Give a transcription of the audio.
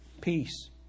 Peace